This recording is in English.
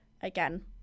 again